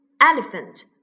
elephant